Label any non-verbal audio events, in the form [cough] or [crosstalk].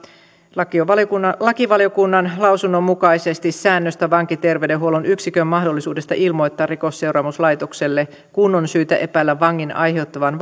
lakivaliokunnan lakivaliokunnan lausunnon mukaisesti säännöstä vankiterveydenhuollon yksikön mahdollisuudesta ilmoittaa rikosseuraamuslaitokselle kun on syytä epäillä vangin aiheuttavan [unintelligible]